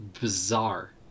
bizarre